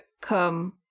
come